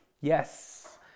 Yes